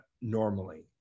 normally